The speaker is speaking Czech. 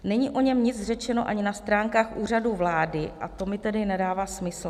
Není o něm nic řečeno ani na stránkách Úřadu vlády a to mi tedy nedává smysl.